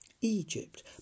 Egypt